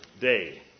day